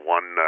One